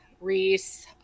Reese